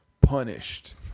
punished